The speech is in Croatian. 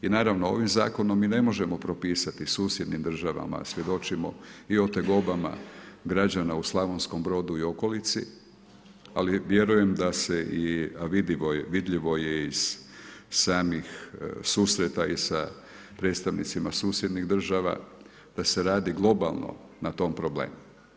I naravno, ovim zakonom mi ne možemo propisati susjednim državama, a svjedočimo i o tegobama građana u Slavonskom Brodu i u okolicu, ali vjerujem da se, a i vidljivo je iz samih susreta i sa predstavnicima susjednih država, da se radi globalno na tom problemu.